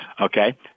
okay